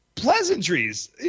Pleasantries